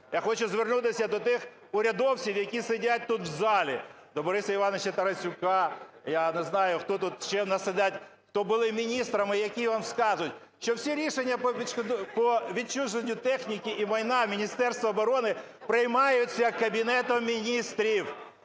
Я хочу звернутися до тих урядовців, які сидять тут в залі: до Бориса Івановича Тарасюка… Я не знаю, хто тут ще в нас сидять, хто були міністрами, які вам скажуть, що всі рішення по відчуженню техніки і майна Міністерства оборони приймаються Кабінетом Міністрів.